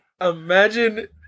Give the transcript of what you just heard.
imagine